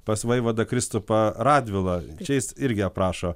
pas vaivadą kristupą radvilą čia jis irgi aprašo